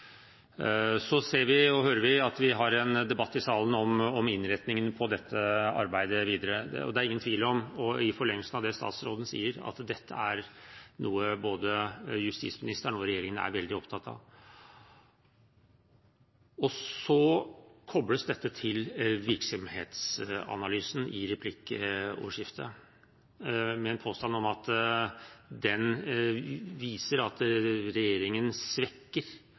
Så ser og hører vi en debatt i salen om innretningen på dette arbeidet videre. Det er ingen tvil om – i forlengelsen av det statsråden sier – at dette er noe både justisministeren og regjeringen er veldig opptatt av. Så kobles dette til virksomhetsanalysen i replikkordskiftet, med en påstand om at den viser at regjeringen svekker